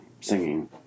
singing